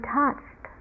touched